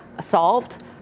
solved